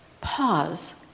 Pause